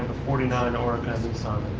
forty nine oreca nissan